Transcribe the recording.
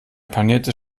paniertes